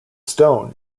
stone